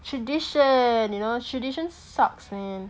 tradition you know tradition sucks man